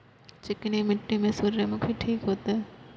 चिकनी मिट्टी में सूर्यमुखी ठीक होते?